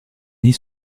nids